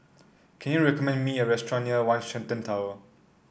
can you recommend me a restaurant near One Shenton Tower